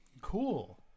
Cool